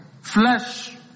Flesh